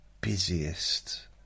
Busiest